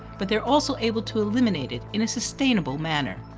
but they are also able to eliminate it in a sustainable manner.